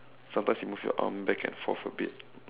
sometimes you move your arm back and forth a bit